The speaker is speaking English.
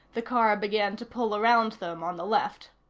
the car began to pull around them on the left.